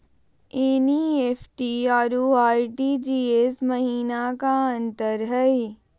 NEFT अरु RTGS महिना का अंतर हई?